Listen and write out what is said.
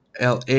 LA